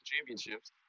championships